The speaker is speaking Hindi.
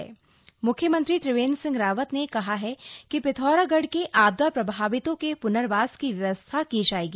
सीएम पिथौरागढ़ दौरा म्ख्यमंत्री त्रिवेंद्र सिंह रावत ने कहा है कि पिथौरागढ़ के आपदा प्रभावितों के प्नर्वास की व्यवस्था की जाएगी